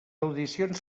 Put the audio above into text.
audicions